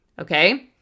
Okay